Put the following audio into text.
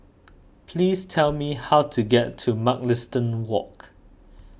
please tell me how to get to Mugliston Walk